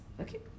okay